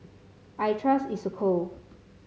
I trust Isocal